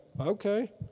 okay